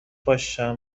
باشن